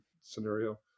scenario